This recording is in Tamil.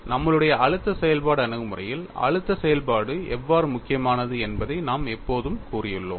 நம்மளுடைய அழுத்த செயல்பாடு அணுகுமுறையில் அழுத்த செயல்பாடு எவ்வாறு முக்கியமானது என்பதை நாம் எப்போதும் கூறியுள்ளோம்